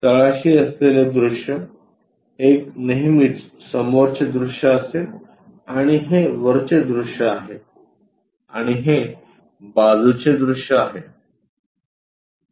तळाशी असलेले दृश्य एक नेहमीच समोरचे दृश्य असेल आणि हे वरचे दृश्य आहे आणि हे बाजूचे दृश्य आहे